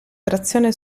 trazione